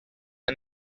and